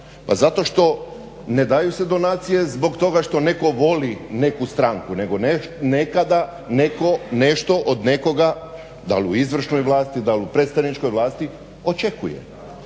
Pa zato što ne daju se donacije zobog toga što neko voli neku stranku nego nekada netko nešto od nekoga dal u izvršnoj vlasti dal u predstavničkoj vlasti očekuje.